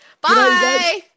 Bye